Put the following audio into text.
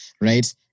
Right